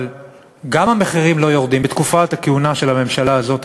אבל גם המחירים לא יורדים בתקופת הכהונה של הממשלה הזאת,